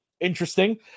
interesting